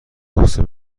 نسخه